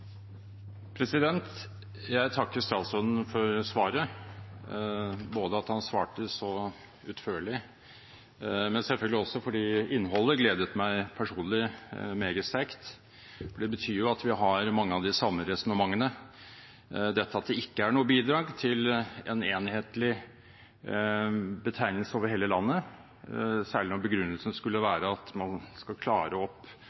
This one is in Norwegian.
Jeg takker statsråden for svaret, både fordi han svarte så utførlig, og selvfølgelig også fordi innholdet gledet meg personlig meget sterkt. Det betyr jo at vi har mange av de samme resonnementene, dette at det ikke er noe bidrag til en enhetlig betegnelse over hele landet, særlig når begrunnelsen skulle være at man skal klare opp